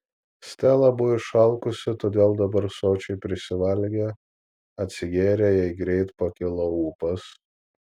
stela buvo išalkusi todėl dabar sočiai prisivalgė atsigėrė jai greit pakilo ūpas